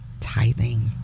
tithing